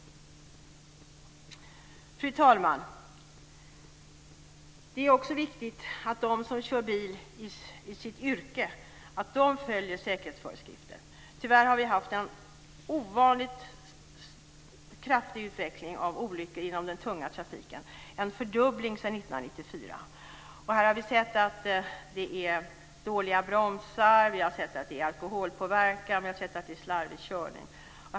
Fru talman! Det är också viktigt att de som kör bil i sitt yrke följer säkerhetsföreskrifterna. Tyvärr har vi haft en ovanligt kraftig utveckling av olyckor inom den tunga trafiken - en fördubbling sedan 1994. Här har vi sett att det är dåliga bromsar, alkoholpåverkan och slarvig körning.